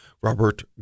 Robert